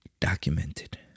documented